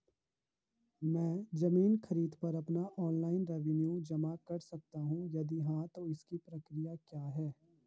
मैं ज़मीन खरीद पर अपना ऑनलाइन रेवन्यू जमा कर सकता हूँ यदि हाँ तो इसकी प्रक्रिया क्या है?